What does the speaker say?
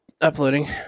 uploading